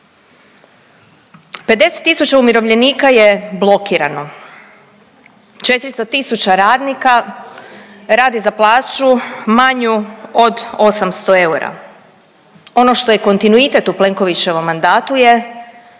tisuća umirovljenika je blokirano, 400 tisuća radnika radi za plaću manju od 800 eura. Ono što je kontinuitet u Plenkovićevom mandatu je